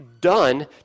done